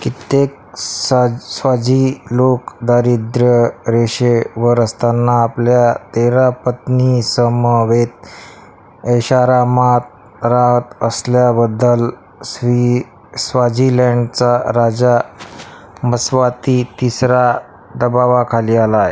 कित्येक सा स्वाझी लोक दारिद्र्यरेषेवर असताना आपल्या तेरा पत्नीसमवेत ऐषारामात राहत असल्याबद्दल सी स्वाझीलँडचा राजा मस्वाती तिसरा दबावाखाली आलाय